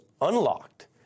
unlocked